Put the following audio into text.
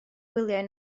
gwyliau